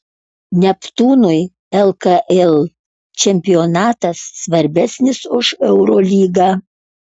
neptūnui lkl čempionatas svarbesnis už eurolygą